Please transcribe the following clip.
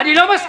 אני לא מסכים.